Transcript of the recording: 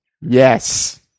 Yes